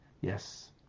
Yes